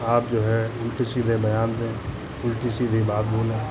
आप जो है उलटे सीधे बयान दें उल्टी सीधी बात बोलें